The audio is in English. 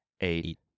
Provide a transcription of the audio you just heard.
eight